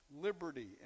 liberty